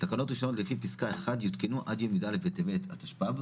תקנות ראשונות לפי פסקה (1) יותקנו עד יום י"א בטבת התשפ"ב